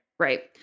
Right